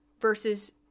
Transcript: versus